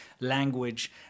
language